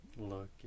look